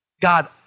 God